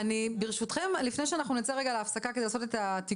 אני ברשותכם לפני אנחנו נצא רגע להפסקה כדי לעשות את התיקונים.